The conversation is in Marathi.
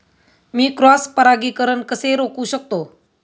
मी क्रॉस परागीकरण कसे रोखू शकतो?